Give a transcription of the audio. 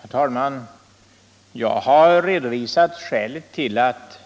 Herr talman! Jag har redovisat skälet till att